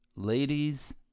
Ladies